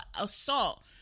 assault